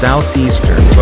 Southeastern